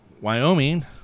Wyoming